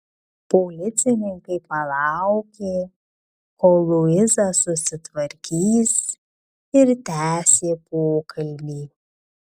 policininkai palaukė kol luiza susitvarkys ir tęsė pokalbį